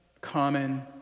common